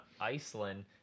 Iceland